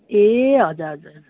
ए हजुर हजुर हजुर